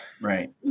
Right